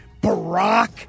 Barack